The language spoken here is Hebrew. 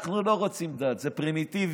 אנחנו לא רוצים דת, זה פרימיטיבי.